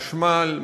חשמל,